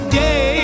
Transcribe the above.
day